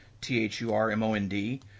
T-H-U-R-M-O-N-D